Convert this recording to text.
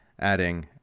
adding